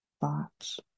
thoughts